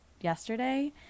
yesterday